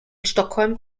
stockholm